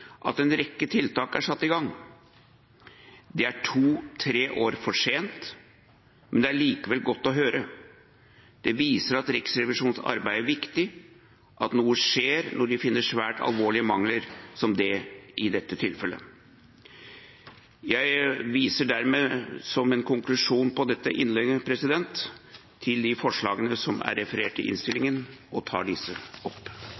at en rekke tiltak er satt i gang. Det er to–tre år for sent, men det er likevel godt å høre. Det viser at Riksrevisjonens arbeid er viktig, at noe skjer når de finner svært alvorlige mangler, som i dette tilfellet. Som en konklusjon på dette innlegget viser jeg til de forslagene til vedtak som